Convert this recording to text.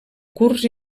kurds